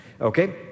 okay